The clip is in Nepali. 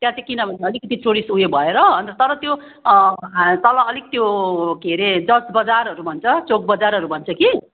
त्यहाँ चाहिँ किन भन्दा अलिकति टुरिस्ट उयो भएर अन्त तर त्यो तल अलिक त्यो के अरे जज बजारहरू भन्छ चोक बजारहरू भन्छ कि